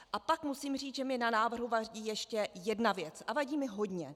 A pak musím říct, že mi na návrhu vadí ještě jedna věc, a vadí mi hodně.